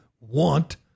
want